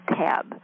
tab